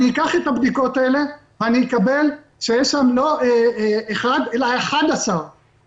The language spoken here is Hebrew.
אקח את הבדיקות האלה ואקבל שיש שם לא אחד אלא 11,